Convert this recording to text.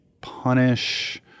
punish